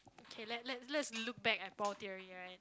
okay let let let's look back at Paul theory right